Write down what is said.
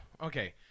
Okay